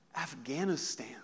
Afghanistan